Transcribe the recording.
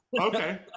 okay